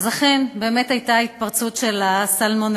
אז לכן, באמת הייתה התפרצות של סלמונלה,